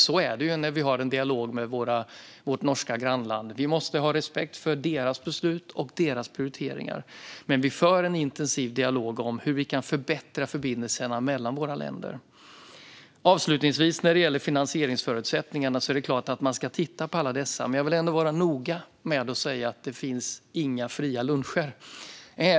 Så är det när vi har en dialog med vårt grannland Norge. Vi måste ha respekt för deras beslut och deras prioriteringar. Men vi har en intensiv dialog om hur vi kan förbättra förbindelserna mellan våra länder. Avslutningsvis: Det är klart att man ska titta på alla finansieringsförutsättningar. Men jag vill vara noga med att säga: Det finns inga fria luncher.